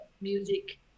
music